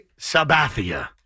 Sabathia